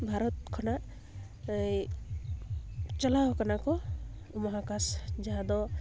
ᱵᱷᱟᱨᱚᱛ ᱠᱷᱚᱱᱟᱜ ᱮᱭ ᱪᱟᱞᱟᱣ ᱠᱟᱱᱟ ᱠᱚ ᱢᱚᱦᱟᱠᱟᱥ ᱡᱟᱦᱟᱸ ᱫᱚ